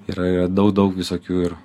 yra yra daug daug visokių ir